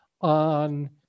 on